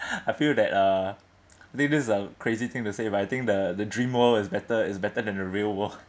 I feel that uh this this is a crazy thing to say but I think the the dream world is better is better than the real world